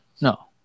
no